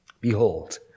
Behold